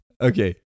okay